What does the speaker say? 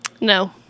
No